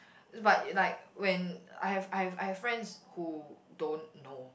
but like when I have I have I have friends who don't know